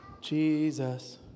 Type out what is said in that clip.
Jesus